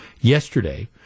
yesterday